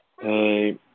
Hey